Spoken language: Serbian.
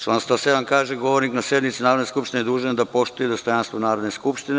Član 107. kaže – govornik na sednici Narodne skupštine dužan je da poštuje dostojanstvo Narodne skupštine.